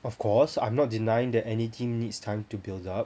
of course I'm not denying that any team needs time to build up